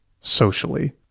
socially